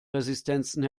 resistenzen